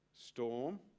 storm